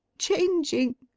changing,